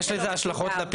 לזה יש השלכות גם על הפיצול.